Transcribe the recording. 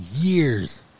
years